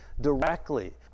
directly